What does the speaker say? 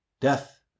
death